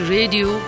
Radio